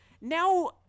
now